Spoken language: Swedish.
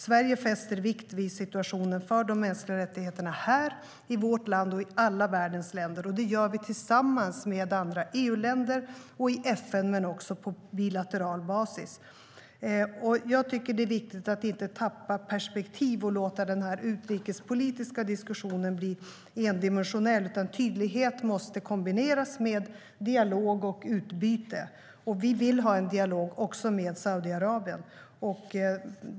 Sverige fäster vikt vid situationen för de mänskliga rättigheterna här i vårt land och i alla världens länder. Det gör vi tillsammans med andra EU-länder och i FN men också på bilateral basis. Jag tycker att det är viktigt att inte tappa perspektiv och låta den utrikespolitiska diskussionen bli endimensionell. Tydlighet måste kombineras med dialog och utbyte. Vi vill ha en dialog också med Saudiarabien.